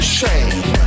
shame